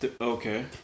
Okay